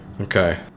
Okay